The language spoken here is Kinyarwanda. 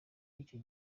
y’icyo